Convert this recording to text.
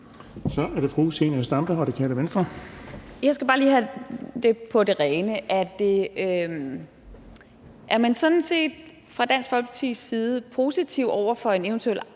Så er det fru Zenia Stampe, Radikale Venstre. Kl. 13:10 Zenia Stampe (RV): Jeg skal bare lige have det på det rene, at man sådan set fra Dansk Folkepartis side er positiv over for en eventuel